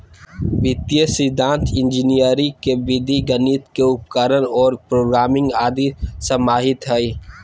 वित्तीय सिद्धान्त इंजीनियरी के विधि गणित के उपकरण और प्रोग्रामिंग आदि समाहित हइ